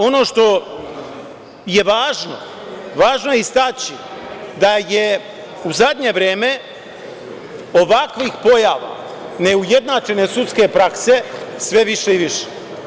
Ono što je važno, važno je istaći da je u zadnje vreme ovakvih pojava neujednačene sudske prakse sve više i više.